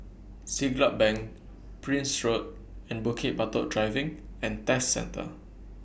Siglap Bank Prince Road and Bukit Batok Driving and Test Centre